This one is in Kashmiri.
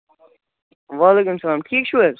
وعلیکُم سلام ٹھیٖک چھُو حظ